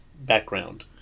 background